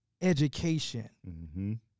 education